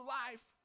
life